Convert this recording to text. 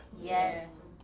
Yes